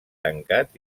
tancats